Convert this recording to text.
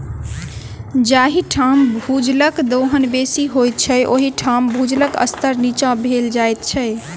जाहि ठाम भूजलक दोहन बेसी होइत छै, ओहि ठाम भूजलक स्तर नीचाँ भेल जाइत छै